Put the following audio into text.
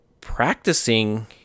practicing